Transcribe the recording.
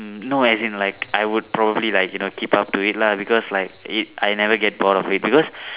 mm no as in like I would probably like you know keep up to it lah because like it I never get bored of it because